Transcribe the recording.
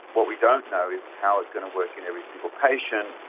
what we don't know is how it's going to work in every single patient,